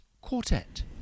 quartet